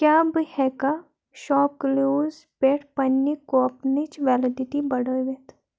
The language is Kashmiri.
کیٛاہ بہٕ ہٮ۪کہ شاپ کٕلوز پٮ۪ٹھٕ پننہِ کوپنٕچ ویلڈٹی بڑٲوِتھ